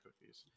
cookies